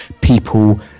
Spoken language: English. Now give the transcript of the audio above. people